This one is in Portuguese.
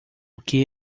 que